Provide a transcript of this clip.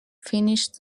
finished